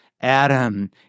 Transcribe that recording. Adam